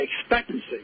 expectancy